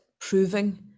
proving